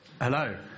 Hello